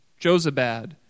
Josabad